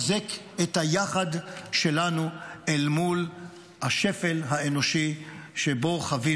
ולחזק את היחד שלנו אל מול השפל האנושי שחווינו.